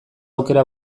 aukera